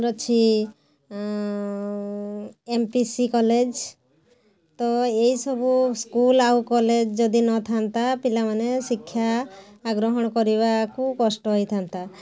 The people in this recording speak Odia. ଆମର ଅଛି ଏମ ପି ସି କଲେଜ୍ ତ ଏହି ସବୁ ସ୍କୁଲ୍ ଆଉ କଲେଜ୍ ଯଦି ନଥାନ୍ତା ପିଲାମାନେ ଶିକ୍ଷା ଗ୍ରହଣ କରିବାକୁ କଷ୍ଟ ହେଇଥାନ୍ତା